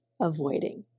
avoiding